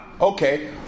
Okay